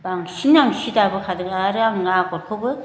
बांसिन आं सि दाबोखादों आरो आं आगरखौबो